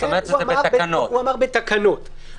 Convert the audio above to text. הוא אמר: בתקנות.